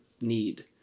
need